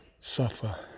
suffer